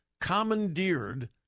commandeered